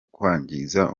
kwangiza